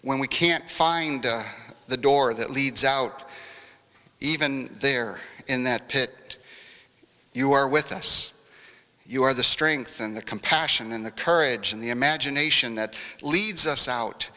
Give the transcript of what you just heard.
when we can't find the door that leads out even there in that pit you are with us you are the strength and the compassion in the courage and the imagination that leads us out